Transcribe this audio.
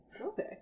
Okay